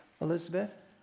Elizabeth